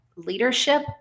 Leadership